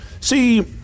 See